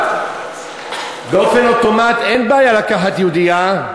באופן אוטומטי, אין בעיה לקחת יהודייה,